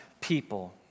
people